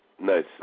Nice